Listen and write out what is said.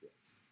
Yes